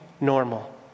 normal